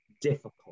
difficult